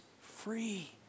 free